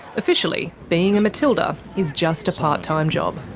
officially, being a matilda is just a part-time job.